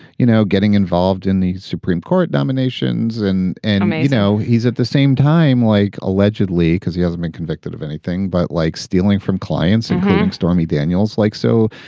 you know, getting involved in the supreme court nominations. and, and um you know, he's at the same time like allegedly because he hasn't been convicted of anything but like stealing from clients, including stormy daniels, like so.